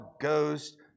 goes